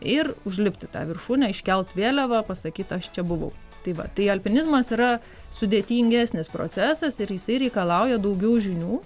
ir užlipti į tą viršūnę iškelti vėliavą pasakyti aš čia buvau tai va tai alpinizmas yra sudėtingesnis procesas ir jisai reikalauja daugiau žinių